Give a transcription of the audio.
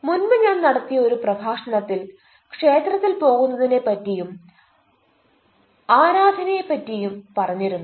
മുൻപ് ഞാൻ നടത്തിയ ഒരു പ്രഭാഷണത്തിൽ ക്ഷേത്രത്തിൽ പോകുന്നതിനെ പറ്റിയും ആരാധനയെ പറ്റിയും പറഞ്ഞിരുന്നു